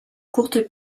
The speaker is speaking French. courtes